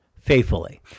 faithfully